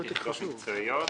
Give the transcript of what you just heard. יחידות מקצועיות,